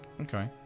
Okay